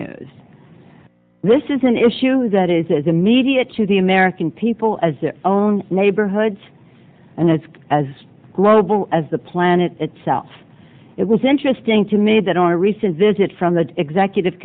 news this is an issue that is as immediate to the american people as it own neighborhoods and it's as global as the planet itself it was interesting to me that our recent visit from the executive